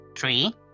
three